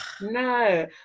No